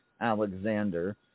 Alexander